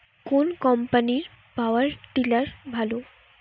কোন কম্পানির power tiller ভালো?